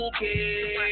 Okay